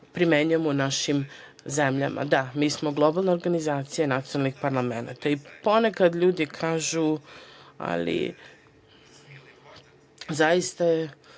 primenjujemo u našim zemljama. Mi smo globalna organizacija nacionalnih parlamenata i ponekad ljudi kažu da je zaista